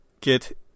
Get